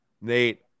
Nate